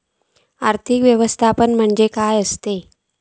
आर्थिक व्यवस्थापन म्हणजे काय असा?